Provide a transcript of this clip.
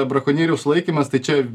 brakonieriaus sulaikymas tai čia